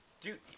Dude